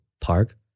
Park